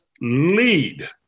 lead